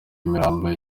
imirambo